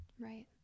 right